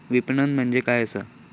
विपणन म्हणजे काय असा?